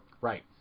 Right